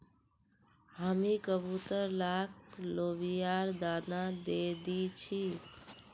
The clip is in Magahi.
हामी कबूतर लाक लोबियार दाना दे दी छि